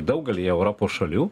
daugelyje europos šalių